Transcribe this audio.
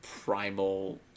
primal